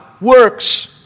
works